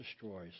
destroys